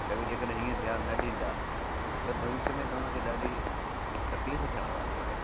त बि जेकॾहिं हीअं ध्यानु न ॾींदा त भविष्य में तव्हांखे ॾाढी तकलीफ़ु थियणु वारी आहे